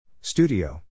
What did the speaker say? Studio